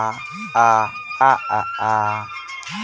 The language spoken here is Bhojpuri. डेबिट कार्ड बचत खाता के अलावा अउरकवन खाता के साथ जारी होला?